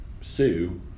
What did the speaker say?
sue